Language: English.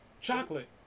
Chocolate